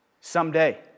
someday